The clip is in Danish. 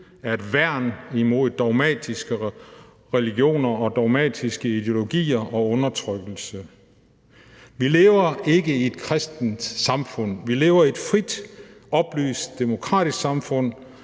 er et værn imod dogmatiske religioner og dogmatiske ideologier og undertrykkelse. Vi lever ikke i et kristent samfund, vi lever i et frit, oplyst, demokratisk samfund,